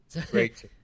Great